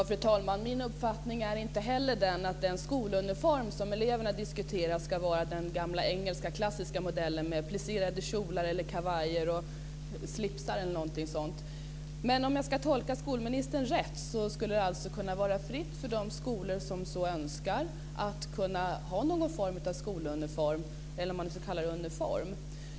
Fru talman! Min uppfattning är inte heller den att den skoluniform som eleverna diskuterar ska vara den engelska klassiska modellen med plisserade kjolar, kavajer och slips. Men om jag tolkar skolministern rätt skulle det vara fritt fram för de skolor som så önskar att ha någon form av skoluniform - om man nu ska kalla det för uniform.